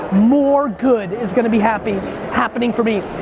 more good is gonna be happening happening for me.